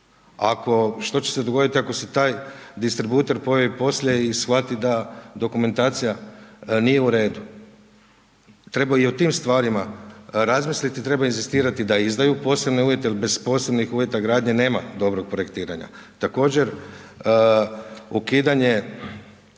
Što će se dogoditi ako se taj distributer pojavi poslije i shvati da dokumentacija nije u redu? Treba i o tim stvarima razmisliti, treba inzistirati da izdaju posebne uvjete, jer bez posebnih uvjeta gradnje nema dobrog projektiranja. Također ukidanje,